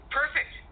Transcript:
perfect